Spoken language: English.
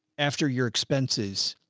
after your expenses.